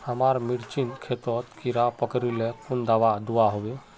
हमार मिर्चन खेतोत कीड़ा पकरिले कुन दाबा दुआहोबे?